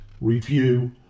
review